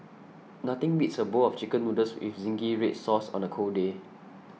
nothing beats a bowl of Chicken Noodles with Zingy Red Sauce on a cold day